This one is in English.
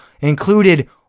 included